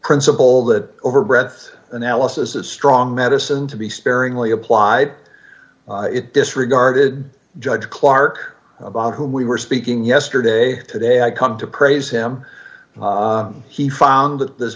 principle that over breath analysis is strong medicine to be sparingly applied it disregarded judge clark about whom we were speaking yesterday today i come to praise him he found th